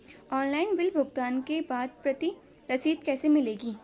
Online bill भुगतान के बाद प्रति रसीद कैसे मिलेगी?